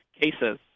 cases